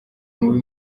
mubi